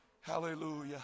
Hallelujah